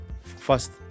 first